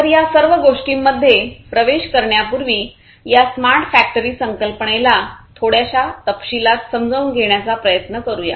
तर या सर्व गोष्टींमध्ये प्रवेश करण्यापूर्वी या स्मार्ट फॅक्टरी संकल्पनेला थोड्याशा तपशिलात समजून घेण्याचा प्रयत्न करूया